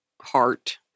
heart